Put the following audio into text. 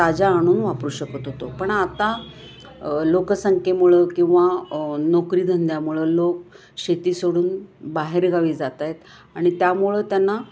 ताज्या आणून वापरू शकत होतो पण आता लोकसंख्येमुळं किंवा नोकरी धंद्यामुळं लोक शेती सोडून बाहेरगावी जातायेत आणि त्यामुळं त्यांना